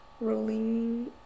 rolling